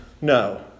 no